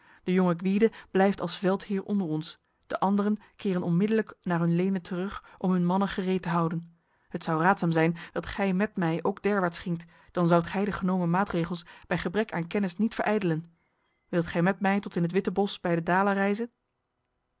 de jonge gwyde blijft als veldheer onder ons de anderen keren onmiddellijk naar hun lenen terug om hun mannen gereed te houden het zou raadzaam zijn dat gij met mij ook derwaarts gingt dan zoudt gij de genomen maatregels bij gebrek aan kennis niet verijdelen wilt gij met mij tot in het witte bos bij den dale reizen